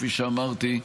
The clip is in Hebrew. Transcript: כפי שאמרתי,